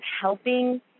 helping